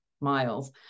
miles